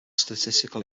statistical